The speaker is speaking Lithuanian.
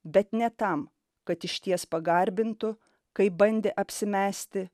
bet ne tam kad išties pagarbintų kaip bandė apsimesti